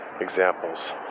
examples